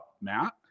Matt